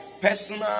personal